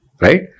right